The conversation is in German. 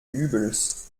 übels